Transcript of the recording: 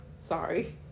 Sorry